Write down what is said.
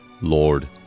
Lord